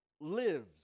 lives